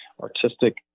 artistic